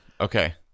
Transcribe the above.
Okay